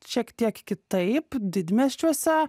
šiek tiek kitaip didmiesčiuose